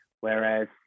whereas